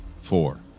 four